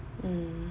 mm